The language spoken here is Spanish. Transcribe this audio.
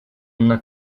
una